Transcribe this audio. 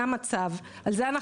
זה המצב, על זה אנחנו מדברים.